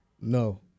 No